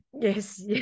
Yes